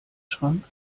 schrank